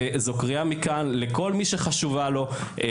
וזו קריאה מכאן לכל מי שחשובים לו השסע החברתי,